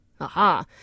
Aha